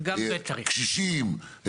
קשישים,